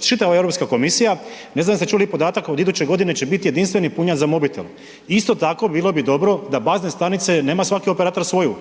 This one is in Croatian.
čitava Europska komisija, ne znam jeste li čuli podatak, od iduće godine će biti jedinstveni punjač za mobitel. Isto tako bilo bi dobro da bazne stanice nema svaki operater svoju.